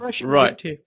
Right